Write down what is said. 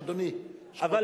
אדוני, עוד דקה וחצי.